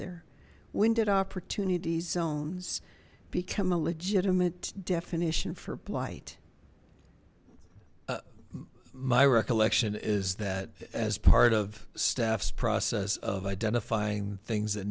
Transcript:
did opportunity zones become a legitimate definition for blight my recollection is that as part of staff's process of identifying things that